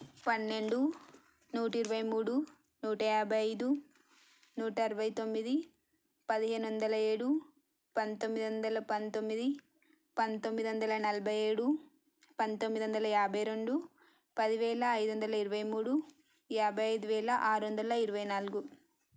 పన్నెండు నూట ఇరవై మూడు నూట యాభై ఐదు నూట అరవై తొమ్మిది పదిహేను వందల ఏడు పంతొమ్మిది వందల పంతొమ్మిది పంతొమ్మిది వందల నలభై ఏడు పంతొమ్మిది వందల యాభై రెండు పదివేల ఐదు వందల ఇరవై మూడు యాభై ఐదు వేల ఆరు వందల ఇరవై నాలుగు